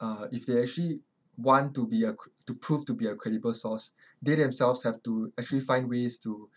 uh if they actually want to be a cr~ to prove to be a credible source they themselves have to actually find ways to